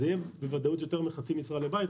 זה יהיה בוודאות יותר מחצי משרה לבית.